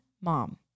mom